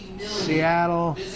Seattle